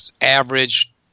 average